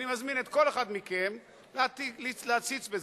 אני מזמין כל אחד מכם להציץ בזה,